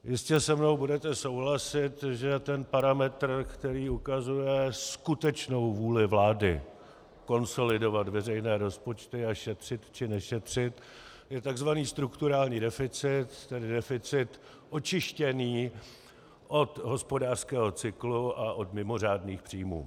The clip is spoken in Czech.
Jistě se mnou budete souhlasit, že ten parametr, který ukazuje skutečnou vůli vlády konsolidovat veřejné rozpočty a šetřit či nešetřit, je takzvaný strukturální deficit, tedy deficit očištěný od hospodářského cyklu a od mimořádných příjmů.